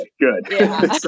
good